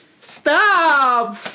stop